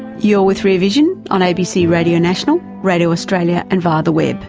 you're with rear vision on abc radio national, radio australia and via the web.